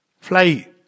fly